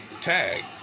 tag